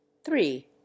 three